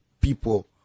people